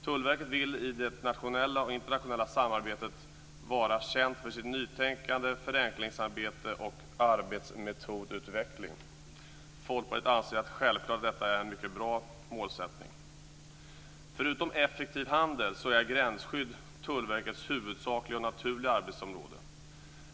Tullverket vill i det nationella och internationella samarbetet vara känt för sitt nytänkande, sitt förenklingsarbete och sin arbetsmetodutveckling. Folkpartiet anser att detta självklart är en mycket bra målsättning. Förutom effektiv handel är gränsskydd Tullverkets huvudsakliga och naturliga arbetsområde.